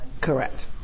correct